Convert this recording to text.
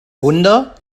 wunder